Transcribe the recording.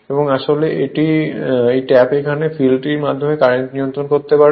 এবং আসলে এই ট্যাপটি এখান থেকে ফিল্ডটির মাধ্যমে কারেন্ট নিয়ন্ত্রণ করতে পারে